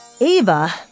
Ava